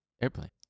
Airplane